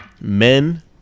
men